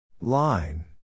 Line